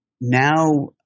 now